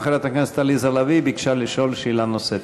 גם חברת הכנסת עליזה לביא ביקשה לשאול שאלה נוספת.